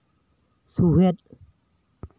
ᱥᱩᱦᱮᱫ